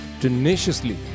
tenaciously